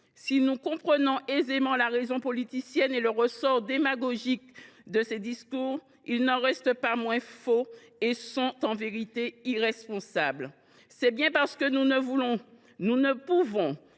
Si nous comprenons aisément la raison politicienne et le ressort démagogique de ces discours, ils n’en restent pas moins faux et sont, en vérité, irresponsables. C’est bien parce que nous ne voulons,